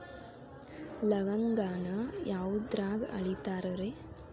ಲವಂಗಾನ ಯಾವುದ್ರಾಗ ಅಳಿತಾರ್ ರೇ?